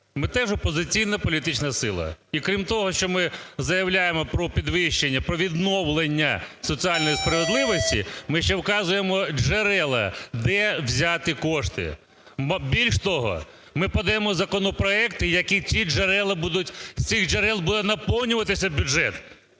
Ми теж опозиційна політична сила. І крім того, що ми заявляємо про підвищення, про відновлення соціальної справедливості, ми ще вказуємо джерела, де взяти кошти. Більш того, ми подаємо законопроекти, які з цих джерел буде наповнюватися буде